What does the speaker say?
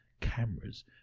cameras